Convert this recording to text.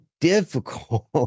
difficult